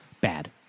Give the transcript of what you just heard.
bad